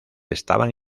estaban